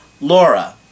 Laura